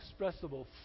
unexpressible